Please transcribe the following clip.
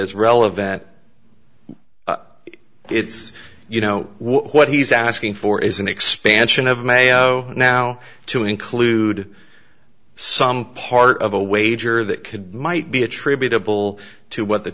is relevant it's you know what he's asking for is an expansion of mayo now to include some part of a wager that could might be attributable to what the